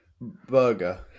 Burger